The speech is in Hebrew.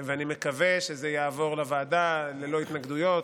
ואני מקווה שזה יעבור לוועדה ללא התנגדויות,